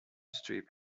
strip